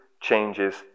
changes